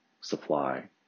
supply